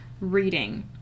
reading